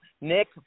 Nick